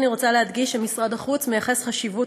אני רוצה להדגיש שמשרד החוץ מייחס חשיבות